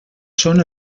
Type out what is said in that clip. són